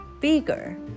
bigger